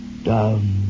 Down